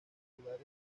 tubulares